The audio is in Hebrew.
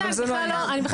אני לא נכנסת.